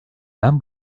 ben